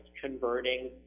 converting